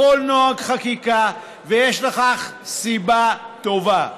לכל נוהג חקיקה, ויש לכך סיבה טובה.